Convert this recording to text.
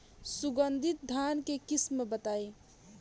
सुगंधित धान के किस्म बताई?